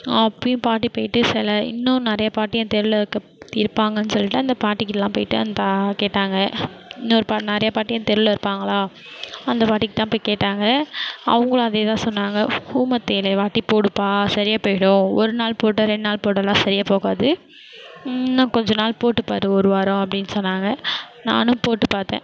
அப்பவும் பாட்டி போய்ட்டு சில இன்னும் நிறையா பாட்டி என் தெருவில் இருக்க இருப்பாங்கன்னு சொல்லிட்டு அந்த பாட்டிகிட்டலாம் போய்ட்டு அந்த கேட்டாங்க இன்னொரு நிறையா பாட்டி அந்த தெருவில் இருப்பாங்களா அந்த பாட்டிகிட்டலாம் போய் கேட்டாங்க அவங்களும் அதே தான் சொன்னாங்க ஊமத்தை இலைய வாட்டி போடுப்பா சரியாக போய்டும் ஒரு நாள் போட்டேன் ரெண்டு நாள் போட்டாலாம் சரியா போகாது இன்னும் கொஞ்ச நாள் போட்டு பார் ஒரு வாரம் அப்டின்னு சொன்னாங்க நானும் போட்டு பார்த்தேன்